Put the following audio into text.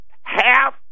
Half